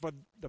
for the